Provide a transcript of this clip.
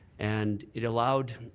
and it allowed